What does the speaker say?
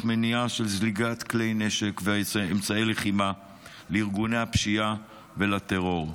מניעה של זליגת נשק לארגוני הפשיעה ולטרור.